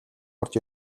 орж